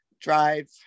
drive